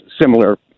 similar